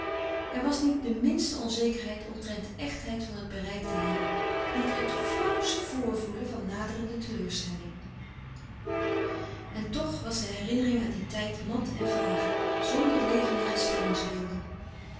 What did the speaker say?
er was niet de minste onzekerheid omtrent de echtheid van t bereikte heil niet het flauwste vrvoelen van naderende teleurstelling en toch was de herinnering aan dien tijd mat en vaag zonder levendige